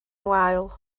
wael